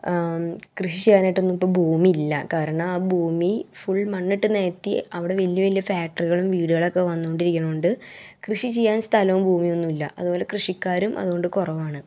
കൃഷി ചെയ്യാനായിട്ടൊന്നും ഇപ്പം ഭൂമി ഇല്ല കാരണം ആ ഭൂമി ഫുൾ മണ്ണിട്ട് നികത്തി അവിടെ വലിയ വലിയ ഫാക്ടറികളും വീടുകളുമൊക്കെ വന്നുകൊണ്ടിരിക്കുന്നത് കൊണ്ട് കൃഷി ചെയ്യാൻ സ്ഥലവും ഭൂമിയൊന്നുമില്ല അതുപോലെ കൃഷിക്കാരും അതുകൊണ്ട് കുറവാണ്